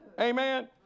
Amen